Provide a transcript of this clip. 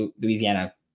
Louisiana